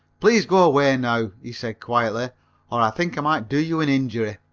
please go away now, he said quietly, or i think i might do you an injury.